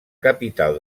capital